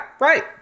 right